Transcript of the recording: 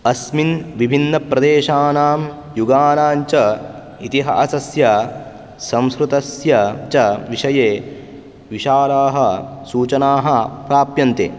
अस्मिन् विभिन्नप्रदेशानां युगानां च इतिहासस्य संस्कृतस्य च विषये विशालाः सूचनाः प्राप्यन्ते